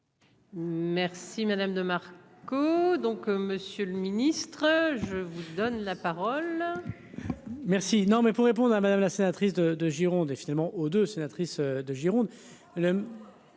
Merci madame de co-donc monsieur le ministre, je vous donne la parole.